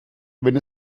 wenn